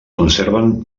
conserven